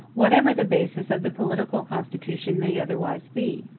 whatever the basis of the political constitution may otherwise be.